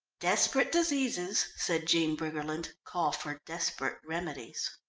desperate diseases, said jean briggerland, call for desperate remedies.